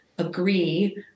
agree